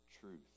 truth